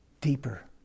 Deeper